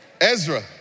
Ezra